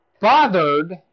bothered